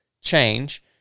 change